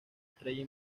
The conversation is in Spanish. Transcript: estrella